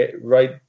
Right